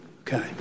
okay